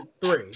three